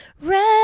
red